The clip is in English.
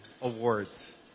awards